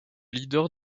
leader